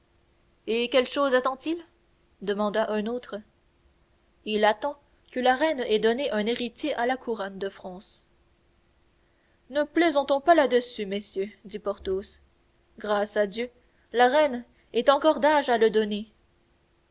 et quelle chose attend il demanda un autre il attend que la reine ait donné un héritier à la couronne de france ne plaisantons pas là-dessus messieurs dit porthos grâce à dieu la reine est encore d'âge à le donner